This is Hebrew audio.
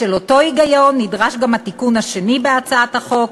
בשל אותו היגיון נדרש גם התיקון השני בהצעת החוק,